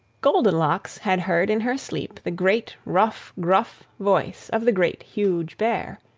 goldenlocks had heard in her sleep the great, rough, gruff voice of the great, huge bear,